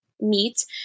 meat